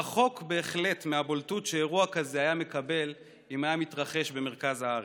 רחוק בהחלט מהבולטות שאירוע כזה היה מקבל אם היה מתרחש במרכז הארץ.